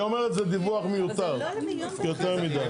היא אומרת זה דיווח מיותר, יותר מידי.